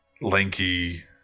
lanky